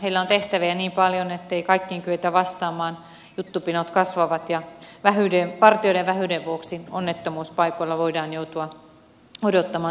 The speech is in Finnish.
heillä on tehtäviä niin paljon ettei kaikkiin kyetä vastaamaan juttupinot kasvavat ja partioiden vähyyden vuoksi onnettomuuspaikoilla voidaan joutua odottamaan tuntikausia